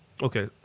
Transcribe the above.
okay